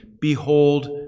Behold